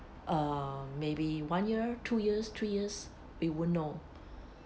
uh maybe one year two years three years we won't know